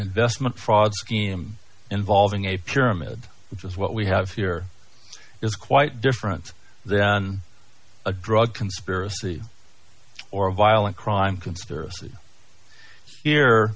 investment fraud scheme involving a pyramid which is what we have here is quite different than a drug conspiracy or a violent crime conspiracy here